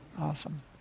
Awesome